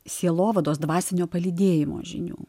sielovados dvasinio palydėjimo žinių